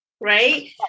right